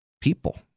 people